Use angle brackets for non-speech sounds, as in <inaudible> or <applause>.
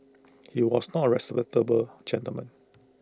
<noise> he was not A respectable gentleman